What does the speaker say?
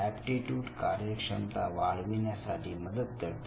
aptitude कार्यक्षमता वाढविण्यासाठी मदत करते